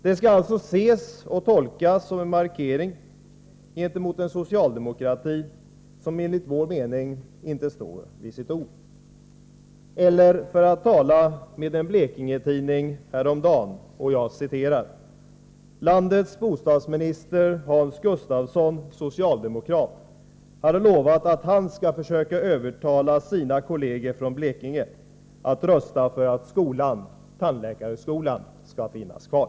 Det skall alltså ses och tolkas som en markering gentemot en socialdemokrati som enligt vår mening inte står vid sitt ord — eller för att tala med en Blekingetidning häromdagen: ”Landets bostadsminister, Hans Gustafsson, socialdemokrat, har lovat, att han ska försöka övertala sina kolleger från Blekinge att rösta för att skolan ska finnas kvar.”